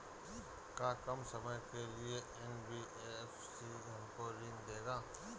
का कम समय के लिए एन.बी.एफ.सी हमको ऋण देगा?